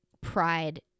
pride